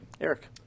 Eric